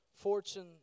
fortune